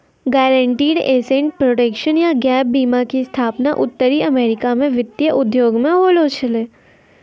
guaranteed asset protection या gap बीमा के स्थापना उत्तरी अमेरिका मे वित्तीय उद्योग मे होलो छलै